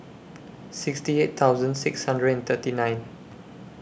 sixty eight thousand six hundred and thirty nine